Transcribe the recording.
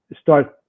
start